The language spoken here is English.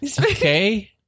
Okay